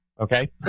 Okay